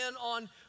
on